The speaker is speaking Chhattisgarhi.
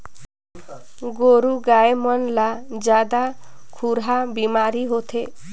गोरु गाय मन ला जादा खुरहा बेमारी होथे